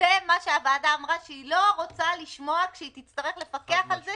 מה שהוועדה אמרה שהיא לא רוצה לשמוע שזה קרה כשהיא תצטרך לפקח על זה